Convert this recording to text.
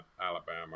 alabama